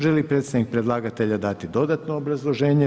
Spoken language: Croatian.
Želi li predstavnik predlagatelja dati dodatno obrazloženje?